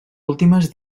últimes